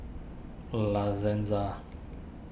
La Senza